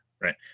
right